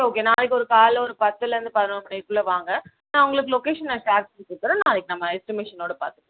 okay நாளைக்கு ஒரு காலைல ஒரு பத்துலேருந்து பதினோரு மணிக்குள்ளே வாங்க நான் உங்களுக்கு லொக்கேஷன் நான் ஷேர் பண்ணிவிட்டுறேன் நாளைக்கு நம்ம எஸ்ட்டிமேஷனோடு பார்த்து